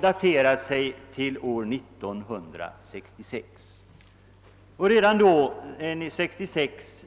daterar sig från år 1966.